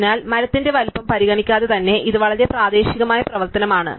അതിനാൽ മരത്തിന്റെ വലുപ്പം പരിഗണിക്കാതെ തന്നെ ഇത് വളരെ പ്രാദേശികമായ പ്രവർത്തനമാണ്